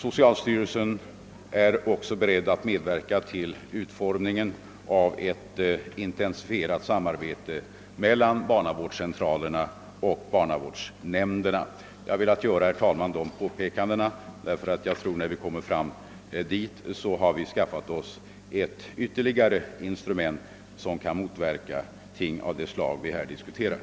Socialstyrelsen är också beredd att medverka till utformningen av ett intensifierat samarbete mellan ' barnavårdscentralerna och barnavårdsnämnderna. Herr talman! Jag har velat göra dessa påpekanden, eftersom jag tror att vi, när vi kommit dithän att dessa åtgärder är genomförda, också har skaffat oss ett ytterligare instrument, som kan motverka företeelser av det slag vi nu diskuterar.